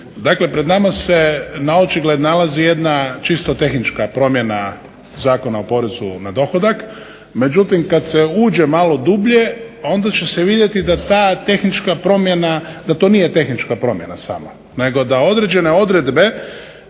Dakle pred nama se naočigled nalazi jedna čisto tehnička promjena Zakona o porezu na dohodak, međutim kad se uđe malo dublje onda će se vidjeti da ta tehnička promjena, da to nije tehnička promjena samo, nego da određene odredbe